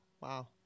Wow